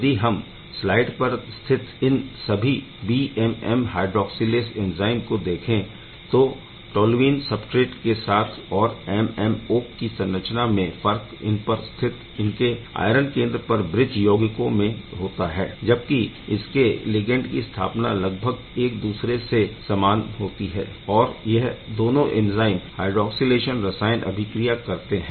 यदि हम स्लाइड पर स्थित इन सभी बीएमएम हायड्रॉक्सिलेस एंज़ाइम को देखें तो टॉलीन सबस्ट्रेट के साथ और MMO की संरचना में फर्क इनपर स्थित इनके आयरन केंद्र पर ब्रिज यौगिकों में होता है जबकि इनके लिगैण्ड की स्थापना लगभग एक दूसरे से समान होती है और यह दोनों एंज़ाइम हायड्रॉक्सीलेशन रासायनिक अभिक्रिया करते है